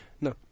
No